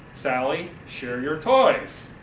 sally, share your toys.